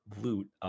loot